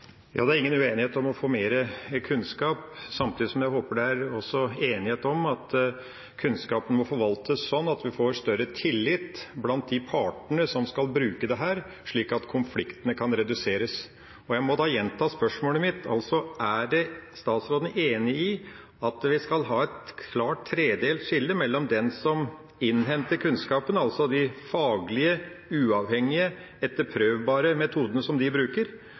Det er ingen uenighet om spørsmålet om å få mer kunnskap, og jeg håper samtidig at det også er enighet om at kunnskapen må forvaltes sånn at en får større tillit blant de partene som skal bruke dette, slik at konfliktene kan reduseres. Jeg må gjenta spørsmålet mitt: Er statsråden enig i at vi skal ha et klart tredelt skille mellom – punkt 1 – den som innhenter kunnskapen, altså de faglige, uavhengige og etterprøvbare metodene som de bruker,